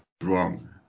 wrong